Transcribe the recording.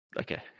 okay